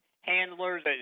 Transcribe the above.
handlers